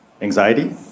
anxiety